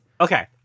okay